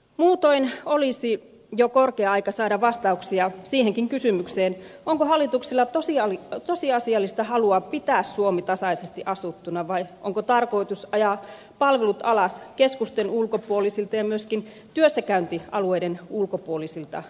muutoin olisi jo korkea aika saada vastauksia siihenkin kysymykseen onko hallituksella tosiasiallista halua pitää suomi tasaisesti asuttuna vai onko tarkoitus ajaa palvelut alas keskusten ulkopuolisilta ja myöskin työssäkäyntialueiden ulkopuolisilta alueilta